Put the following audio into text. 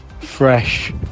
fresh